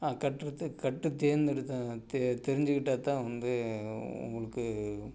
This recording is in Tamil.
கட்டுறதுக் கற்று தேர்ந்தெடுத்து தெ தெரிஞ்சிக்கிட்டால் தான் வந்து உங்களுக்கு